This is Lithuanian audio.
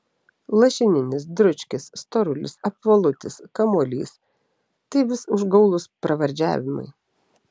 lašininis dručkis storulis apvalutis kamuolys tai vis užgaulūs pravardžiavimai